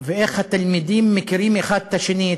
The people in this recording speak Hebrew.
ואיך התלמידים מכירים האחד את השני,